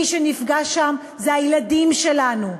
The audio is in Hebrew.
מי שנפגע שם זה ילדים שלנו,